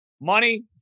Money